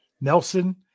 Nelson